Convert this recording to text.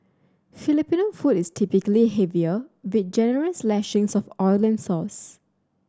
Filipino food is typically heavier with generous lashings of oil and sauce